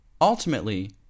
Ultimately